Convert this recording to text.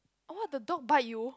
orh the dog bite you